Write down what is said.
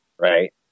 right